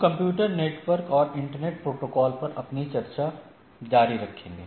हम computer network और internet protocol पर अपनी चर्चा जारी रखेंगे